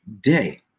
day